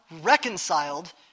reconciled